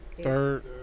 Third